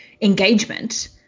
engagement